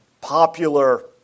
popular